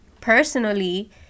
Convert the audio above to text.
Personally